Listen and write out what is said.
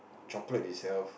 chocolate itself